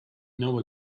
know